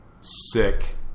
sick